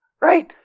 Right